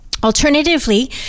Alternatively